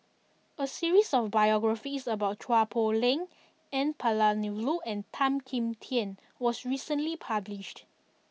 a series of biographies about Chua Poh Leng N Palanivelu and Tan Kim Tian was recently published